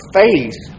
faith